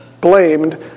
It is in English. blamed